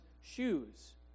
shoes